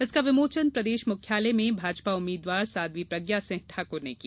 इसका विमोचन प्रदेश मुख्यालय में भाजपा उम्मीदवार साध्वी प्रज्ञा सिंह ठाकर ने किया